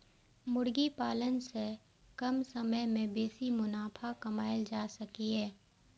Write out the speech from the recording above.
मुर्गी पालन सं कम समय मे बेसी मुनाफा कमाएल जा सकैए